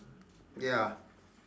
ya